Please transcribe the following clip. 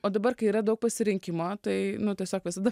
o dabar kai yra daug pasirinkimo tai nu tiesiog visada